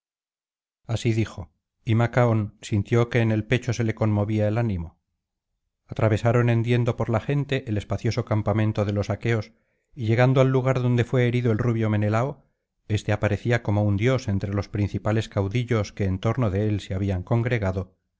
así dijo y macaón sintió que en el pecho se le conmovía el ánimo atravesaron hendiendo por la gente el espacioso campamento de los aqueos y llegando al lugar donde fué herido el rubio menelao éste aparecía como un dios entre los principales caudillos que en torno de él se habían congregado